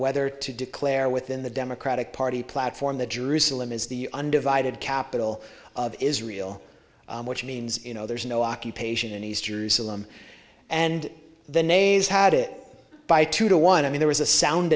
whether to declare within the democratic party platform that jerusalem is the undivided capital of israel which means you know there is no occupation in east jerusalem and the nays had it by two to one i mean there was a sound